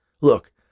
Look